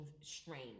strain